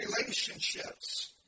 relationships